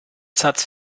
satz